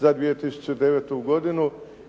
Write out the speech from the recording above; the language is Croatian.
za 2009. godinu,